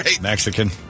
Mexican